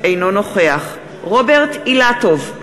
אינו נוכח רוברט אילטוב,